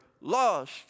lost